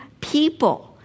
people